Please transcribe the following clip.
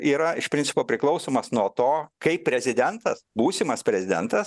yra iš principo priklausomas nuo to kaip prezidentas būsimas prezidentas